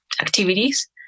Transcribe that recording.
activities